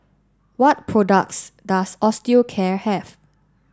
what products does Osteocare have